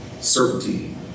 Certainty